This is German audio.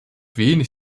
wenig